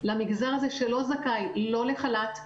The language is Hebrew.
למגזר הזה שלא זכאי לא לחל"ת,